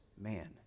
man